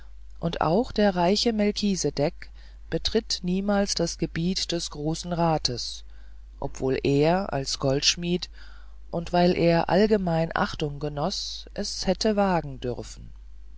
und auch der reiche melchisedech betritt niemals das gebiet des großen rates obwohl er als goldschmied und weil er allgemeine achtung genoß es hätte wagen dürfen